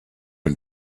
and